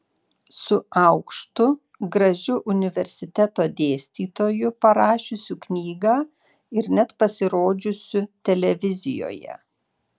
su aukštu gražiu universiteto dėstytoju parašiusiu knygą ir net pasirodžiusiu televizijoje